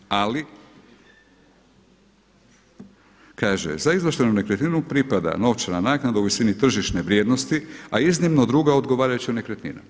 Mogu podržati ali kaže „za izvlaštenu nekretninu pripada novčana naknada u visini tržišne vrijednosti a iznimno druga odgovarajuća nekretnina.